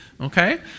okay